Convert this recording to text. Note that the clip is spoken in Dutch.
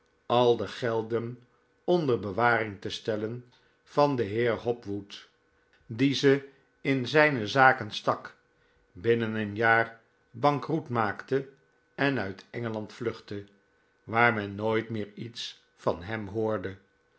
al de gelden onder bewaring te stellen van den heer hopwood die ze in zijne zaken stak binnen een jaar bankroet maakte en uit engeland vluchtte waar men nooit meer iets van hem hoorde